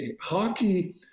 hockey